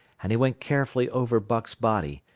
and he went carefully over buck's body,